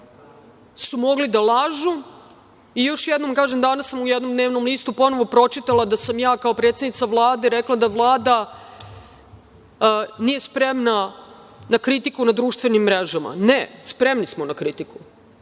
su mogli da lažu i još jednom kažem da sam danas u jednom dnevnom listu ponovo pročitala da sam ja kao predsednica Vlade rekla da Vlada nije spremna na kritiku na društvenim mrežama. Ne, spremni smo na kritiku,